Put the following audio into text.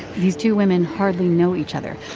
these two women hardly know each other.